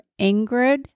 Ingrid